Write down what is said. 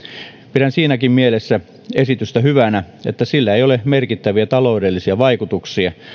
pidän siinäkin mielessä esitystä hyvänä että sillä ei ole merkittäviä taloudellisia vaikutuksia